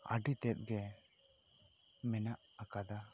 ᱟᱹᱰᱤ ᱛᱮᱫ ᱜᱮ ᱢᱮᱱᱟᱜ ᱟᱠᱟᱫᱟ